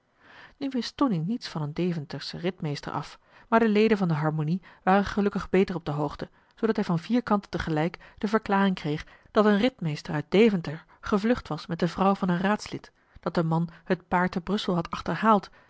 nu wist tonie niets van een deventerschen ritmeester af maar de leden van de harmonie waren gelukkig beter op de hoogte zoodat hij van vier kanten tegelijk de verklaring kreeg dat een ritmeester uit deventer gemarcellus emants een drietal novellen vlucht was met de vrouw van een raadslid dat de man het paar te brussel had achterhaald